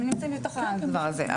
הם נמצאים בתוך הדבר הזה.